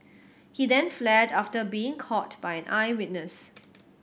he then fled after being caught by an eyewitness